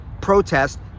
protest